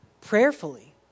prayerfully